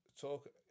talk